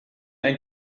ein